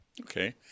Okay